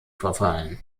verfallen